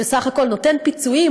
שבסך הכול נותן פיצויים,